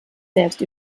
selbst